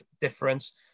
difference